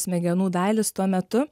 smegenų dalys tuo metu